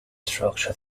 structure